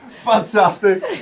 Fantastic